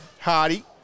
Hardy